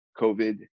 COVID